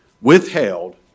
withheld